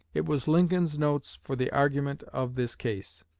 it was lincoln's notes for the argument of this case.